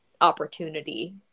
opportunity